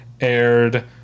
aired